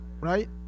right